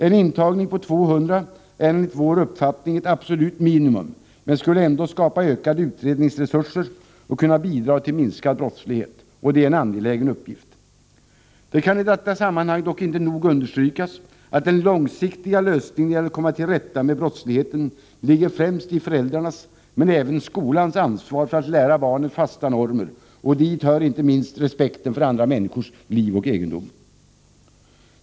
En intagning på 200 är, enligt vår uppfattning, ett absolut minimum, men skulle ändå skapa ökade utredningsresurser och kunna bidra till minskad brottslighet. Och det är en angelägen uppgift. Det kan i detta sammanhang dock inte nog understrykas att den långsiktiga lösningen när det gäller att komma till rätta med brottsligheten ligger i främst föräldrarnas — men även skolans — ansvar för att lära barnen fasta normer, och dit hör inte minst respekten för andra människors liv och egendom.